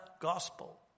gospel